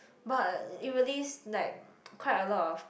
but it really is like quite a lot of